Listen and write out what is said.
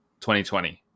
2020